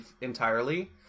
entirely